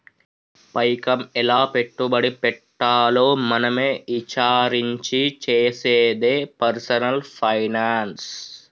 పైకం ఎలా పెట్టుబడి పెట్టాలో మనమే ఇచారించి చేసేదే పర్సనల్ ఫైనాన్స్